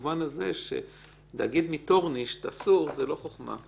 אם גדל כוח דהיתרא במובן הזה שלהגיד אסור זה לא חכמה.